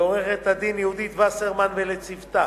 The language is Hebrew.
לעורכת-דין יהודית וסרמן ולצוותה,